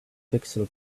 pixel